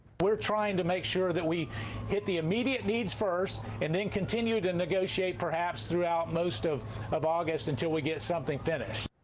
we are trying to make sure that we get the immediate needs first and then continue to negotiate perhaps throughout most of of august until we get something finished.